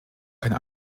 keine